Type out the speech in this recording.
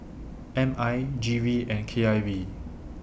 M I G V and K I V